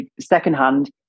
Secondhand